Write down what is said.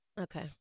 Okay